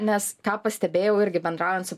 nes ką pastebėjau irgi bendraujant su